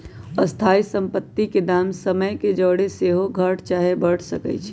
स्थाइ सम्पति के दाम समय के जौरे सेहो घट चाहे बढ़ सकइ छइ